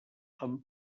amb